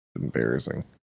Embarrassing